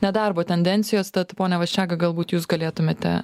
nedarbo tendencijos tad pone vaščega galbūt jūs galėtumėte